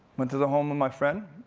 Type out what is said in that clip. went to the home of my friend